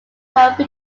called